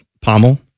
Pommel